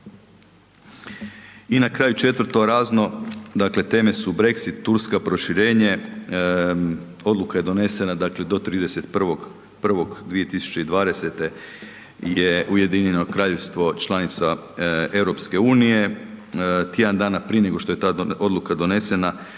I na kraju četvrto, razno, dakle teme su Brexit, Turska, proširenje. Odluka je donesena dakle do 31.1.2020. je UK članica EU. Tjedan dana prije nego što je ta odluka donesena